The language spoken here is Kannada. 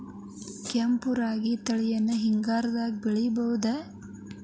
ಕೆಂಪ ರಾಗಿ ತಳಿನ ಹಿಂಗಾರದಾಗ ಬೆಳಿಬಹುದ?